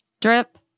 drip